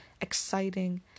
exciting